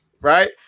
right